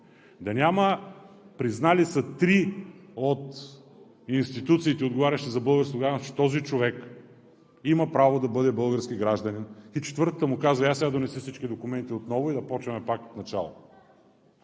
Да няма – признали са три от институциите, отговарящи за българското гражданство, че този човек има право да бъде български гражданин, и четвъртата му казва: я сега донеси всички документи отново и да започваме пак отначало.